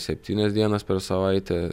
septynias dienas per savaitę